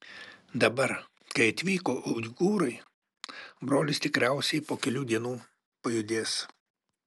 dabar kai atvyko uigūrai brolis tikriausiai po kelių dienų pajudės